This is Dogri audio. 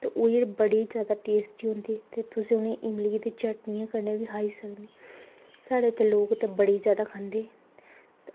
ते ओह् जेह्ड़ी बड़ी जादा टेस्टी होंदी ते तुस ईमली दी चटनी कन्नै बी खाई सकने साढ़े जेह्के बड़ी जादै खंदे